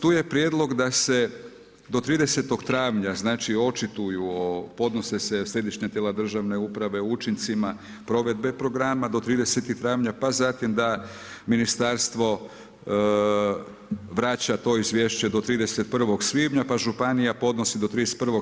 Tu je prijedlog da se do 30. travnja znači očituju, podnose središnja tijela državne uprave o učincima provedbe programa do 30. travnja, pa zatim da ministarstvo vraća to izvješće do 31. svibnja, pa županija podnosi do 31.